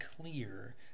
clear